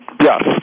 Yes